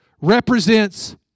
represents